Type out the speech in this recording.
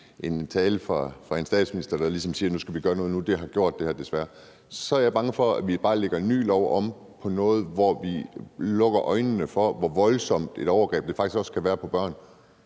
en tale fra en statsminister, der ligesom siger, at vi skal gøre det her, som har gjort det, desværre – er jeg bange for, at vi bare lægger en ny lov oven på, og hvor vi lukker øjnene for, hvor voldsomt et overgreb det faktisk også kan være for børn